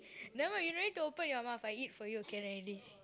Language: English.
never mind you don't need to open your mouth I eat for you can already